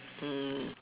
mm